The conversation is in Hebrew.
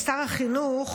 שר החינוך,